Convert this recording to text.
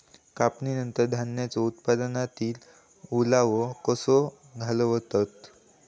कापणीनंतर धान्यांचो उत्पादनातील ओलावो कसो घालवतत?